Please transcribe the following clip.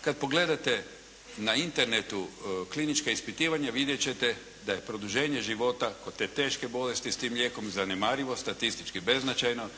kad pogledate na internetu klinička ispitivanja, vidjeti ćete da je produženje života kod te teške bolesti s tim lijekom zanemarivo, statistički beznačajno